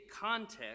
context